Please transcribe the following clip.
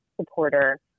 supporter